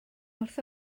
wrth